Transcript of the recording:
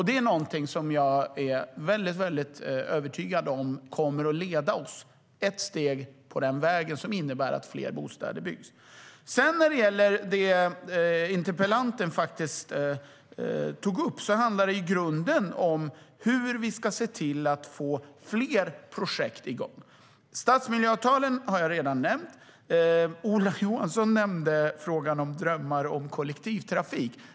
Det är någonting som jag är övertygad om kommer att leda oss ett steg på den väg som innebär att fler bostäder byggs. När det gäller det som interpellanten tog upp handlar det i grunden om hur vi ska se till att få fler projekt igång. Stadsmiljöavtalen har jag redan nämnt. Ola Johansson nämnde frågan om drömmar om kollektivtrafik.